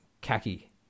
khaki